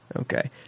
Okay